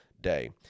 day